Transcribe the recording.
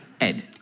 Ed